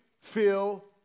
feel